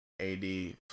AD